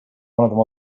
one